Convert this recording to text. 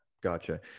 Gotcha